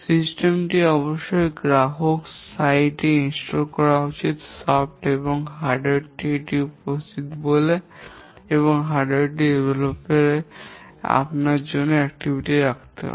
সিস্টেমটি অবশ্যই গ্রাহক সাইটে ইনস্টল করা উচিত সফটওয়্যার এবং হার্ডওয়্যারটি এটি উপস্থিত রয়েছে বলে বা হার্ডওয়্যারটি বিকাশের জন্য আপনার এখানে কার্যকলাপ থাকতে পারে